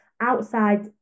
outside